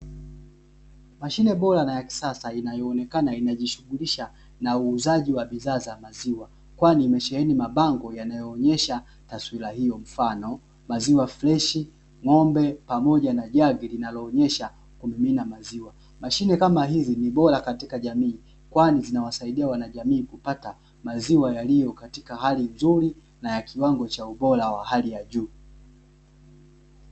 Mashine bora na ya kisasa inayoonekana inajishughulisha na uuzaji wa bidhaa za maziwa, kwani imesheheni mabango yanayoonyesha taswira hiyo mfano maziwa freshi ng'ombe pamoja na jagi linaloonyesha kumimima maziwa, mashine kama hizi ni bora katika jamii kwani zinawasaidia wanajamii kupata maziwa yaliyo katika hali nzuri na ya kiwango cha ubora wa hali ya juu.